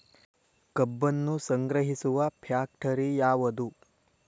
ಕಬ್ಬನ್ನು ಸಂಗ್ರಹಿಸುವ ಫ್ಯಾಕ್ಟರಿ ಯಾವದು?